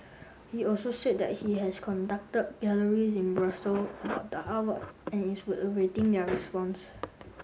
he also said he has contacted galleries in Brussels about the artwork and is awaiting their response